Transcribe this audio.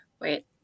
wait